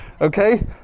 okay